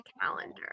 calendar